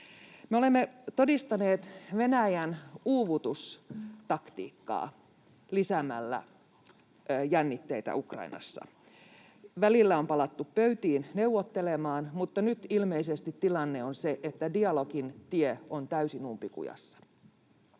olemme todistaneet Venäjän uuvutustaktiikkaa, joka lisää jännitteitä Ukrainassa. Välillä on palattu pöytiin neuvottelemaan, mutta nyt ilmeisesti tilanne on se, että dialogin tie on täysin umpikujassa.